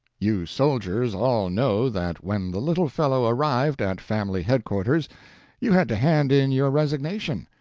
you soldiers all know that when the little fellow arrived at family headquarters you had to hand in your resignation.